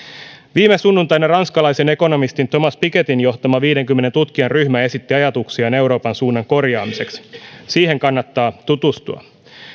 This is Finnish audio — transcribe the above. viime sunnuntaina ranskalaisen ekonomistin thomas pikettyn johtama viidenkymmenen tutkijan ryhmä esitti ajatuksiaan euroopan suunnan korjaamiseksi siihen kannattaa tutustua